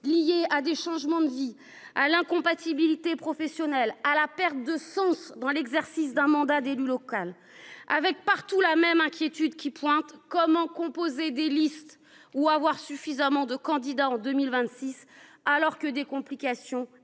liées à des changements de vie, à l’incompatibilité professionnelle, à la perte de sens dans l’exercice d’un mandat d’élu local. Partout, la même inquiétude pointe : comment composer des listes ou avoir suffisamment de candidats en 2026 ? Et cela, alors